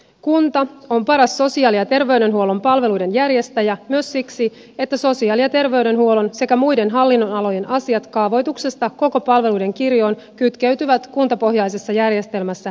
kunta on paras sosiaali ja terveydenhuollon palveluiden järjestäjä myös siksi että sosiaali ja terveydenhuollon sekä muiden hallinnonalojen asiat kaavoituksesta koko palveluiden kirjoon kytkeytyvät kuntapohjaisessa järjestelmässä tiiviisti toisiinsa